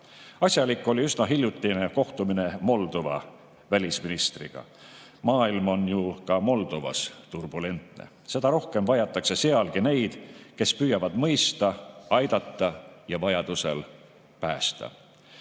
Asjalik oli üsna hiljutine kohtumine Moldova välisministriga. Olukord on ju ka Moldovas turbulentne. Seda rohkem vajatakse sealgi neid, kes püüavad mõista, aidata ja vajadusel päästa.